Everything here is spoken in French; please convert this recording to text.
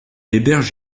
héberge